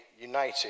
united